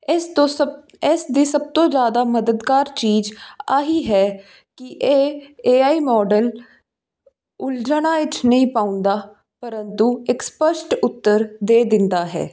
ਇਸ ਤੋਂ ਸਭ ਇਸ ਦੀ ਸਭ ਤੋਂ ਜ਼ਿਆਦਾ ਮਦਦਗਾਰ ਚੀਜ਼ ਇਹ ਹੀ ਹੈ ਕਿ ਇਹ ਏ ਆਈ ਮੋਡਲ ਉਲਝਨਾ ਵਿੱਚ ਨਹੀਂ ਪਾਉਂਦਾ ਪ੍ਰੰਤੂ ਇੱਕ ਸਪੱਸ਼ਟ ਉੱਤਰ ਦੇ ਦਿੰਦਾ ਹੈ